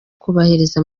kubahiriza